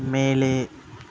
மேலே